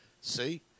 See